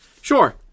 Sure